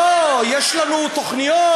לא, יש לנו תוכניות,